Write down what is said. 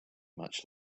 much